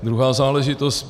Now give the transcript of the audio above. Druhá záležitost.